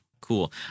Cool